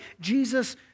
Jesus